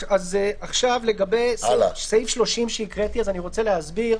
לגבי סעיף 30 שקראתי, אני רוצה להסביר.